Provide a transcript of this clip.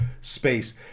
space